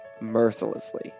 mercilessly